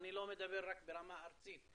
אני לא מדבר רק ברמה הארצית,